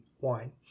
wine